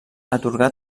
atorgà